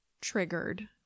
triggered